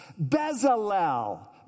Bezalel